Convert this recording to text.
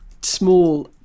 small